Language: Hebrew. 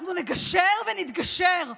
ואנחנו נגשר ונתגשר.